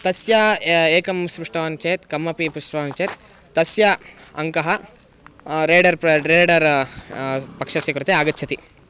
तस्य यः एकं स्पृष्टवान् चेत् कमपि पृष्टवान् चेत् तस्य अङ्कः रेडर् प्र रेडर् पक्षस्य कृते आगच्छति